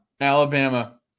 Alabama